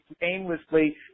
aimlessly